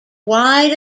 wide